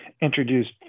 introduced